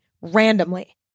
randomly